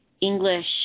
English –